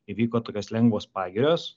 įvyko tokios lengvos pagirios